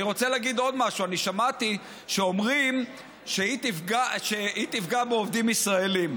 אני רוצה להגיד עוד משהו: שמעתי שאומרים שהיא תפגע בעובדים ישראלים.